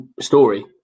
story